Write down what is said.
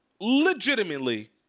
legitimately